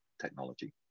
technology